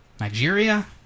Nigeria